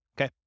Okay